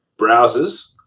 browsers